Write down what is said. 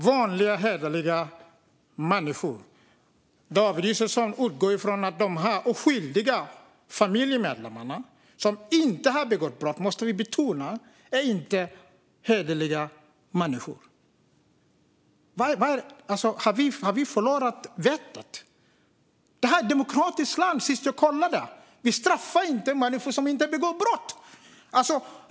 Fru talman! David Josefsson talar om vanliga hederliga människor. Han utgår från att de oskyldiga familjemedlemmarna som inte har begått brott - det måste vi betona - inte är hederliga människor. Har vi förlorat vettet? Det här var ett demokratiskt land senast jag kollade. Vi straffar inte människor som inte har begått brott.